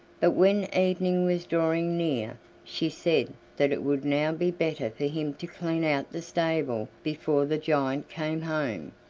but when evening was drawing near she said that it would now be better for him to clean out the stable before the giant came home.